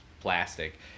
plastic